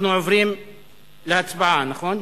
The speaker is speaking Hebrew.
אנחנו עוברים להצבעה, נכון?